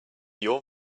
your